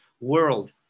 world